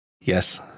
Yes